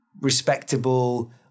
respectable